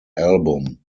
album